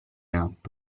app